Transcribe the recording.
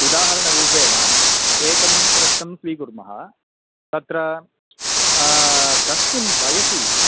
उदाहरणरूपेण एकं प्रश्नं स्वीकुर्मः तत्र कस्मिन् वयसि